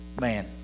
man